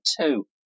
two